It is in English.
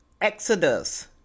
Exodus